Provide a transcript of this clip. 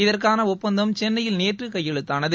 இதற்கான ஒப்பந்தம் சென்னையில் நேற்று கையெழுத்தானது